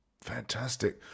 Fantastic